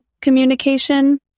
communication